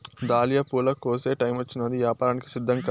dahlia పూల కోసే టైమొచ్చినాది, యాపారానికి సిద్ధంకా